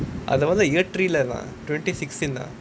அது வந்து:athu vanthu year three தான்:thaan lah twenty sixteen ah